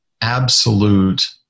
absolute